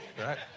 right